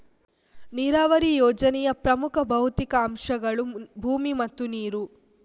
ನೀರಾವರಿ ಯೋಜನೆಯ ಪ್ರಮುಖ ಭೌತಿಕ ಅಂಶಗಳು ಭೂಮಿ ಮತ್ತು ನೀರು